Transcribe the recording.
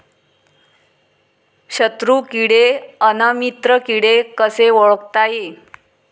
शत्रु किडे अन मित्र किडे कसे ओळखता येईन?